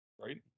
Right